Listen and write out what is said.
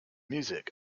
music